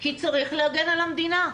כי צריך להגן על המדינה.